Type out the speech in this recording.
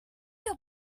your